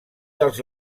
dels